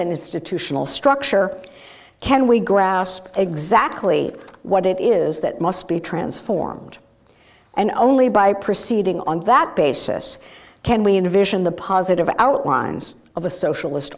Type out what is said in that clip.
and institutional structure can we grasp exactly what it is that must be transformed and only by proceeding on that basis can we envision the positive outlines of a socialist